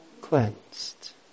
cleansed